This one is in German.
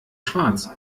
schwarz